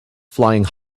flying